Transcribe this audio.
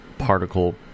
particle